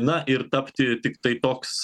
na ir tapti tiktai toks